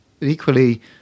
equally